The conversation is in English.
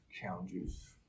challenges